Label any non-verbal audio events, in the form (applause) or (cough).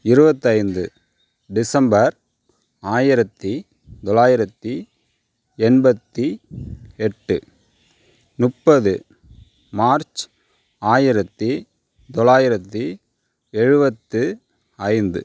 இருபத்தைந்து (unintelligible) டிசம்பர் ஆயிரத்தி தொள்ளாயிரத்தி எண்பத்தி எட்டு முப்பது மார்ச் ஆயிரத்தி தொள்ளாயிரத்தி எழுபத்து ஐந்து